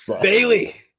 Bailey